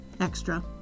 extra